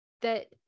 that-